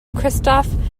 christoph